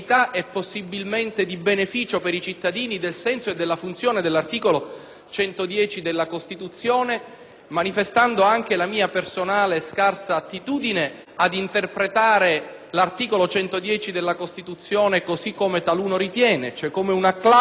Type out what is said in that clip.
dell'articolo 110 della Costituzione, manifestando anche la mia personale e scarsa attitudine ad interpretare l'articolo 110 della Costituzione così come taluno ritiene, cioè come una clava da usare contro il Governo e contro il Ministro per accusarli